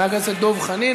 חבר הכנסת דב חנין,